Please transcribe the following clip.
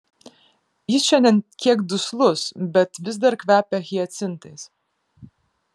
jis šiandien kiek duslus bet vis dar kvepia hiacintais